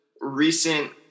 recent